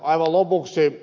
aivan lopuksi